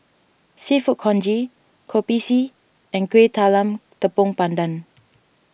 Seafood Congee Kopi C and Kueh Talam Tepong Pandan